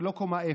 ולא בקומה אפס.